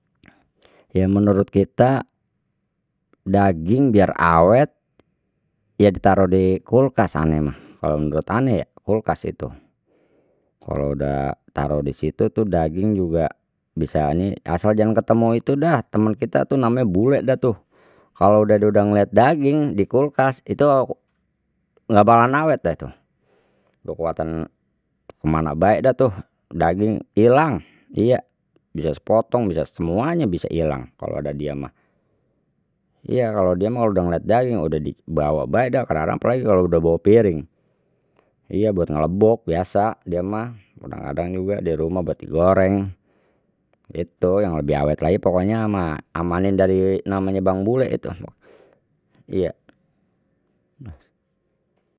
Ya menurut kita daging biar awet ya ditaruh di kulkas ane mah kalau menurut ane ya kulkas itu, kalau dah taruh disitu tuh daging juga bisa ni asal jangan ketemu itu dah temen kita namanya bule dah tu kalau dia udah ngelihat daging di kulkas itu nggak bakalan awet deh tu kuatan kemana bae dah tu, daging ilang iya bisa sepotong bisa semuanya bisa ilang kalau ada dia mah, iya kalau dia mah kalau udah ngelihat daging udah dibawa bae dah kadang kadang apalagi kalau udah bawa piring iya buat ngelebok biasa dia mah kadang kadang juga dirumah buat digoreng, itu yang lebih awet lagi pokoknya mah amanin dari namanya bang bule itu iya.